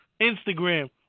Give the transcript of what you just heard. Instagram